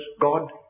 God